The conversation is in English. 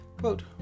Quote